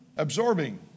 Absorbing